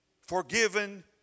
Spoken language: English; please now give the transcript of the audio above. forgiven